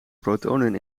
protonen